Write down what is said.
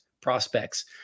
prospects